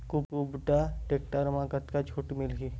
कुबटा टेक्टर म कतका छूट मिलही?